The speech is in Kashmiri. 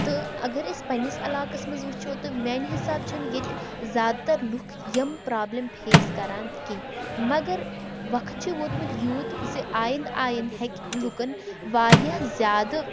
تہٕ اگر أسۍ پنٛنِس علاقَس منٛز وٕچھو تہٕ میٛانہِ حِساب چھِنہٕ ییٚتہِ زیادٕ تَر لُکھ یِم پرٛابلِم فیس کَران کیٚنٛہہ مگر وقت چھِ ووتمُت یوٗت زِ آینٛد آینٛد ہٮ۪کہِ لُکَن وارِیاہ زیادٕ